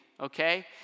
okay